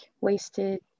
wasted